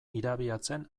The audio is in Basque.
irabiatzen